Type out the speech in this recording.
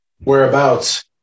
whereabouts